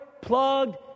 plugged